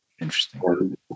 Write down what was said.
interesting